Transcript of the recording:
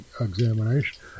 examination